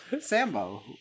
Sambo